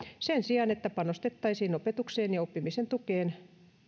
sen sijaan että panostettaisiin opetukseen ja oppimisen tukeen